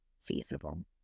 feasible